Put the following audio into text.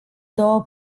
două